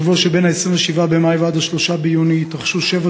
בשבוע שבין 27 במאי ל-3 ביוני התרחשו שבע